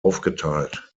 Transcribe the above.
aufgeteilt